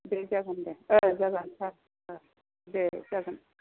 दे जागोन दे ओ जागोन सार ओ दे जागोन